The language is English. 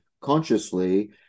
consciously